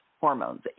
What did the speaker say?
hormones